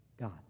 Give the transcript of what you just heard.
God